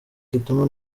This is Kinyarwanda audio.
kidumu